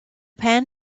pan